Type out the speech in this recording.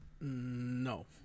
No